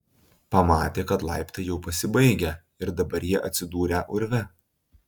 pamatė kad laiptai jau pasibaigę ir dabar jie atsidūrę urve